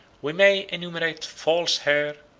we may enumerate false hair,